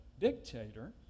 dictator